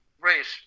Race